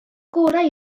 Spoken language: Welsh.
gorau